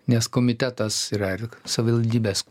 nes komitetas yra savivaldybės